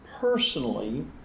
personally